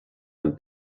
amb